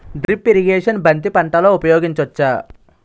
Drip irrigation బంతి పంటలో ఊపయోగించచ్చ?